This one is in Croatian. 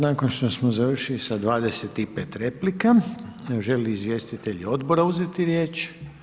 Sad nakon što smo završili sa 25 replika, želi li izvjestitelji Odbora uzeti riječ?